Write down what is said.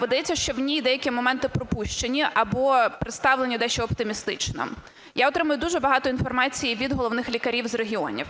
Видається, що в ній деякі моменти пропущені або представлені дещо оптимістично. Я отримую дуже багато інформації від головних лікарів з регіонів.